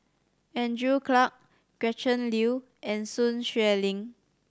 Andrew Clarke Gretchen Liu and Sun Xueling